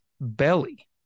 belly